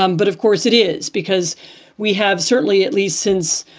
um but of course, it is, because we have certainly, at least since,